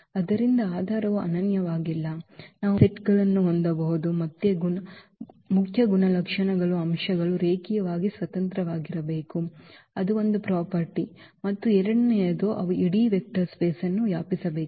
ಆದ್ದರಿಂದ ಆಧಾರವು ಅನನ್ಯವಾಗಿಲ್ಲ ನಾವು ವಿಭಿನ್ನ ಸೆಟ್ಗಳನ್ನು ಹೊಂದಬಹುದು ಮುಖ್ಯ ಗುಣಲಕ್ಷಣಗಳು ಅಂಶಗಳು ರೇಖೀಯವಾಗಿ ಸ್ವತಂತ್ರವಾಗಿರಬೇಕು ಅದು ಒಂದು property ಮತ್ತು ಎರಡನೆಯದು ಅವು ಇಡೀ ವೆಕ್ಟರ್ ಸ್ಪೇಸ್ವನ್ನು ವ್ಯಾಪಿಸಬೇಕು